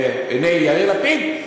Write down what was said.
בעיני יאיר לפיד,